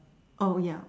oh ya